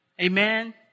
Amen